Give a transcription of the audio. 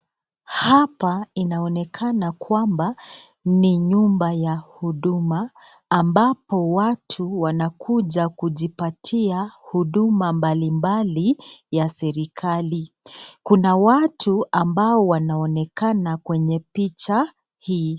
Hapa inaonekana kwamba ni nyumba ya huduma, ambapo watu wanakuja kujipatia huduma mbalimbali ya serikali. Kuna watu ambao wanaonekana kwenye picha hii.